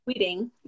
tweeting